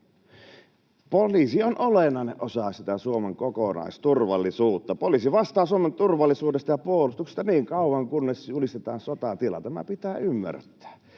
Poliisi on olennainen osa sitä Suomen kokonaisturvallisuutta. Poliisi vastaa Suomen turvallisuudesta ja puolustuksesta niin kauan, kunnes julistetaan sotatila. Tämä pitää ymmärtää.